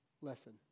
lesson